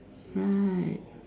right